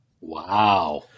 Wow